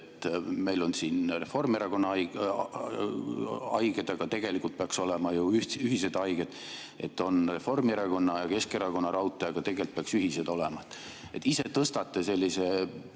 meil on siin Reformierakonna haiged, aga tegelikult peaks olema ju ühised haiged, on Reformierakonna ja Keskerakonna raudtee, aga tegelikult peaks ühised olema?